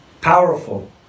powerful